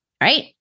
right